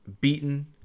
beaten